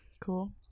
Cool